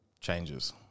changes